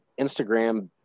instagram